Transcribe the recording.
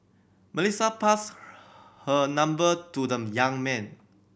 Melissa passed her number to the young man